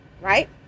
right